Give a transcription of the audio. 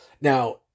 Now